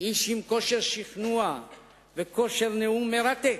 איש עם כושר שכנוע וכושר נאום מרתק,